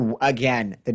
again